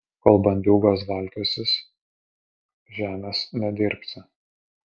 kol bandiūgos valkiosis žemės nedirbsi